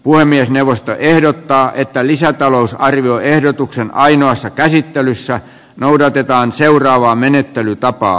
puhemiesneuvosto ehdottaa että lisätalousarvioehdotuksen ainoassa käsittelyssä noudatetaan seuraavaa menettelytapaa